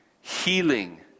Healing